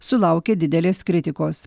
sulaukė didelės kritikos